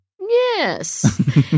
Yes